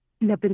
La